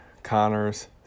Connors